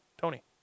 Tony